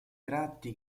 tratti